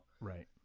Right